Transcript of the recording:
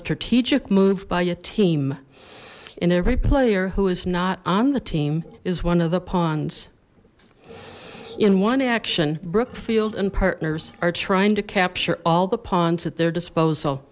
strategic move by a team in every player who is not on the team is one of the ponds in one action brookfield and partners are trying to capture all the ponds at their disposal